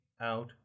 out